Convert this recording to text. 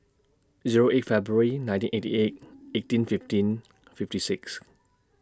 Zero eight February nineteen eighty eight eighteen fifteen fifty six